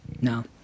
no